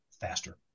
faster